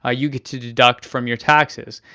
ah you get to deduct from your taxes.